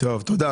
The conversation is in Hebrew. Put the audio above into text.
תודה.